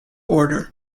order